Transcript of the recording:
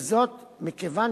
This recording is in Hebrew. וזאת כיוון